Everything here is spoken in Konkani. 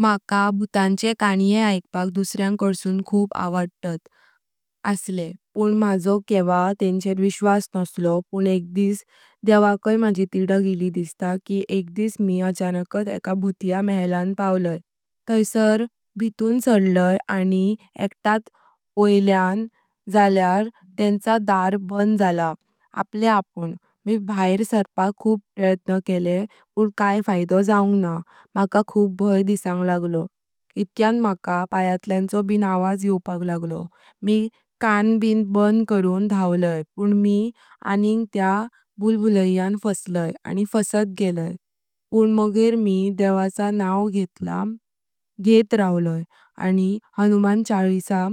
मका भूतांचे काणे ऐकपाक दुसऱ्याकडसून खूप आवडत असले पण माझो कधी तेंचर विश्वास नसलो पण एकदिस देवाकय माझी तिदाक ळी दिस्ता की एकदिस मी अचानकत एका भूतिया महालन पावलो। तरी सार भयतून सारलो आणि एकतत वोल्या जळ्यार तेंचा दारात बान झाला आपलया आपण मी बाहेर सरपाक खूप प्रयत्न केले पण काय फ़ायदो जावनाक न्हा मका खूप भ्याय डिसांग लागलो। इतक्यान मका पायातल्यांचे बिन आवाज योवपाक लागलो मी काम ब बंद करून धावलो पण मी आणि त्या भूलभुलैयां फसलो आणि फसत गेलो। पण मागेर मी देवाचा नाव घेत राहलो आणि हनुमान चालीसा